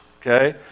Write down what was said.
Okay